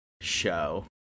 show